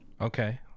Okay